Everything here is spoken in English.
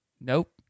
Nope